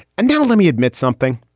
and now, let me admit something.